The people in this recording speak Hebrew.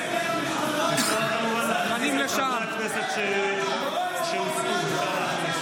חבר הכנסת אוהד טל.